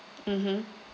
mmhmm